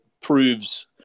proves